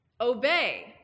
Obey